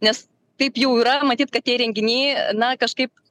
nes taip jau yra matyt kad tie įrenginiai na kažkaip